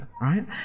right